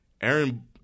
Aaron